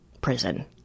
prison